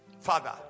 Father